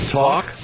talk